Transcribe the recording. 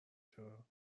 چرا